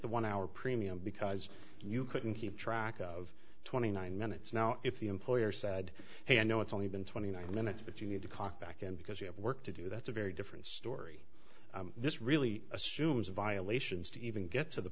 the one hour premium because you couldn't keep track of twenty nine minutes now if the employer said hey i know it's only been twenty nine minutes but you need to cock back in because you have work to do that's a very different story this really assumes violations to even get to the